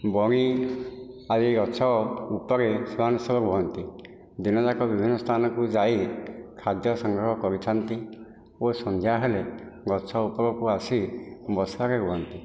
ବଣି ଆଦି ଗଛ ଉପରେ ସେମାନେ ସବୁ ରୁହନ୍ତି ଦିନ ଯାକ ବିଭିନ୍ନ ସ୍ଥାନକୁ ଯାଇ ଖାଦ୍ୟ ସଂଗ୍ରହ କରିଥାନ୍ତି ଓ ସନ୍ଧ୍ୟା ହେଲେ ଗଛ ଉପରକୁ ଆସି ବସାରେ ରୁହନ୍ତି